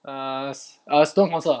err err student council ah